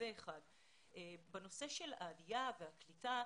בנושא של העלייה והקליטה,